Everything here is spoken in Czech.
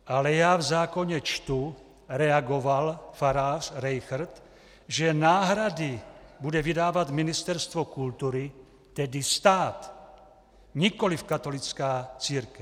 Ale já v zákoně čtu, reagoval farář Rejchrt, že náhrady bude vydávat Ministerstvo kultury, tedy stát, nikoliv katolická církev.